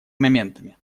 моментами